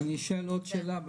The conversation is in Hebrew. אני שואל עוד שאלה,